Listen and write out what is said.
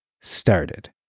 started